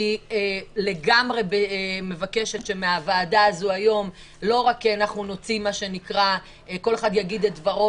אני לגמרי מבקשת שמהוועדה הזאת היום לא רק כל אחד יגיד את דברו